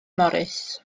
morris